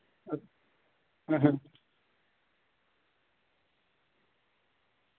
अ